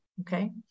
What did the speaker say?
Okay